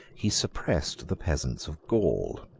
he suppressed the peasants of gaul,